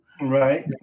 Right